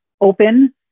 open